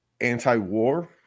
anti-war